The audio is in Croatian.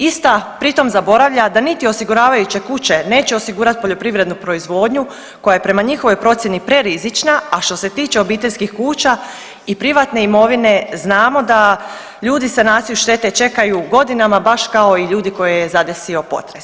Ista pritom zaboravlja da niti osiguravajuće kuće neće osigurati poljoprivrednu proizvodnju koja je prema njihovoj procjeni prerizična, a što se tiče obiteljskih kuća i privatne imovine, znamo da ljudi sanaciju štete čekaju godinama, baš kao i ljudi koje je zadesio potres.